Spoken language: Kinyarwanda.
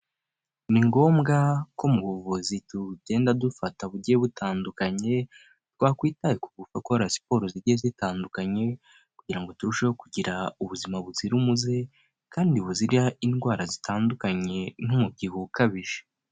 Ni ngombwa ko mu buvuzi tugenda dufata bugiye butandukanye twakwitaye kugukora siporo zigiye zitandukanye; kugira ngo turusheho kugira ubuzima buzira umuze kandi buzira indwara zitandukanye n'umubyibuho ukabije.